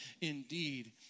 indeed